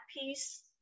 piece